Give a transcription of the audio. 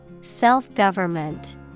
Self-government